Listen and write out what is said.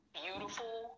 beautiful